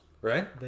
right